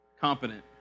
competent